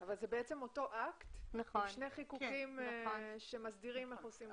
זה בעצם אותו אקט ושני חיקוקים שמסדירים איך עושים את זה.